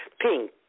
pink